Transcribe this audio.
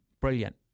Brilliant